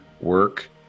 work